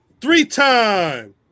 Three-time